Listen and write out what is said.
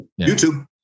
youtube